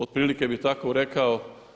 Otprilike bih tako rekao.